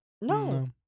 No